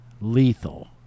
Lethal